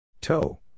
Toe